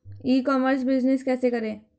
ई commerce business कैसे करें?